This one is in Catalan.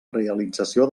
realització